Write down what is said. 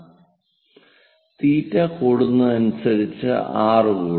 θ കൂടുന്നതിനനുസരിച്ച് r കൂടും